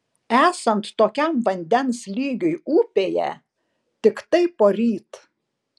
esant tokiam vandens lygiui upėje tiktai poryt